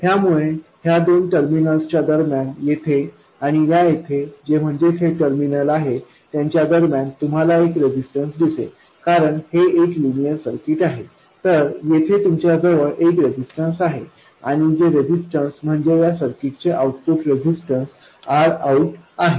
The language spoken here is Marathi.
त्यामुळे ह्या दोन टर्मिनल्स च्या दरम्यान येथे आणि या येथे जे म्हणजेच हे टर्मिनल्स आहेत त्यांच्या दरम्यान तुम्हाला एक रेजिस्टन्स दिसेल कारण हे एक लिनियर सर्किट आहे तर येथे तुमच्या जवळ एक रेजिस्टन्स आहे आणि ते रेजिस्टन्स म्हणजे या सर्किटचे आउटपुट रेझिस्टन्स Rout आहे